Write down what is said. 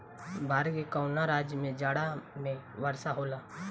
भारत के कवना राज्य में जाड़ा में वर्षा होला?